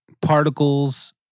particles